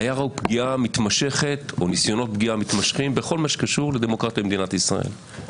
היער הוא ניסיונות פגיעה מתמשכים בכל מה שקשור לדמוקרטיה במדינת ישראל.